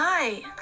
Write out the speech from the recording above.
Hi